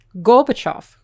Gorbachev